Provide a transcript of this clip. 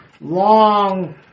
long